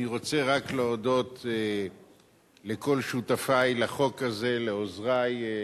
אני רוצה רק להודות לכל שותפי לחוק הזה, לעוזרי,